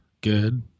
Good